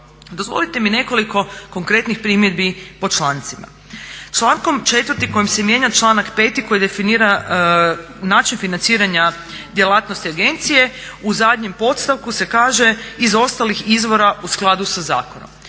Dozvolite mi nekoliko konkretnih primjedbi po člancima. Člankom 4.kojim se mijenja članak 5.koji definira način financiranja djelatnosti agencije u zadnjem podstavku se kaže iz ostalih izvora u skladu sa zakonom.